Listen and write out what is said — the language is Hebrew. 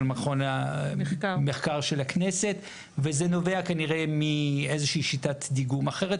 מרכז המחקר של הכנסת וזה נובע כנראה מאיזושהי שיטת דיגום אחרת.